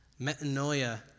metanoia